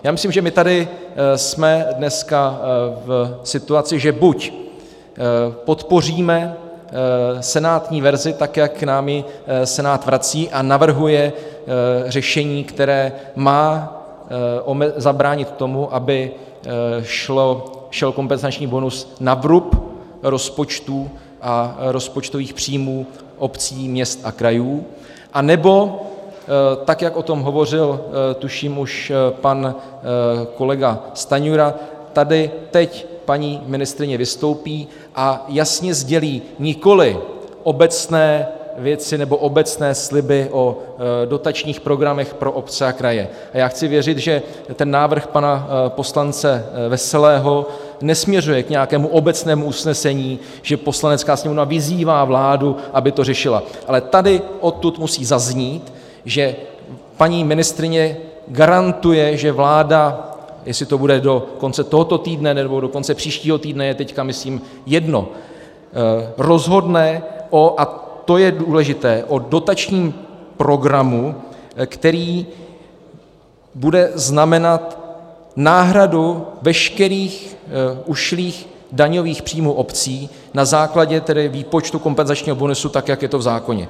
Já myslím, že my tady jsme dneska v situaci, že buď podpoříme senátní verzi, tak jak nám ji Senát vrací a navrhuje řešení, které má zabránit tomu, aby šel kompenzační bonus na vrub rozpočtů a rozpočtových příjmů obcí, měst a krajů, anebo tak, jak o tom hovořil, tuším, už pan kolega Stanjura, že tady teď paní ministryně vystoupí a jasně sdělí nikoliv obecné věci nebo obecné sliby o dotačních programech pro obce a kraje a já chci věřit, že ten návrh pana poslance Veselého nesměřuje k nějakému obecnému usnesení, že Poslanecká sněmovna vyzývá vládu, aby to řešila , ale tady odtud musí zaznít, že paní ministryně garantuje, že vláda jestli to bude do konce tohoto týdne, nebo do konce příštího týdne, je teď myslím jedno rozhodne, a to je důležité, o dotačním programu, který bude znamenat náhradu veškerých ušlých daňových příjmů obcí na základě výpočtu kompenzačního bonusu tak, jak je to v zákoně.